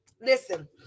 Listen